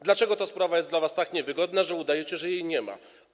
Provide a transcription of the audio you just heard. Dlaczego ta sprawa jest dla was tak niewygodna, że udajecie, że jej nie ma?